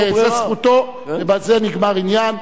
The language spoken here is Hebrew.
אבל זו זכותו ובזה נגמר העניין.